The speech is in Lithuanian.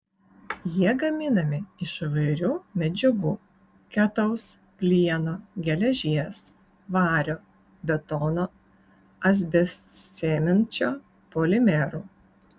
jie gaminami iš įvairių medžiagų ketaus plieno geležies vario betono asbestcemenčio polimerų